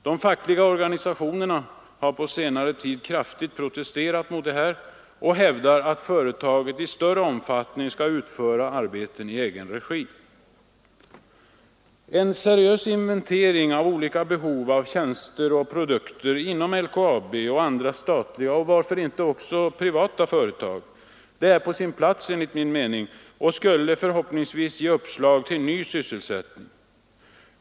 De fackliga organisationerna har på senare tid kraftigt protesterat mot detta och hävdar att företaget i större omfattning skall utföra arbeten i egen regi. En seriös inventering av olika behov av tjänster och produkter inom LKAB och andra statliga — och varför inte även privata — företag är enligt min mening på sin plats och skulle förhoppningsvis ge uppslag till ny sysselsättning.